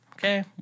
Okay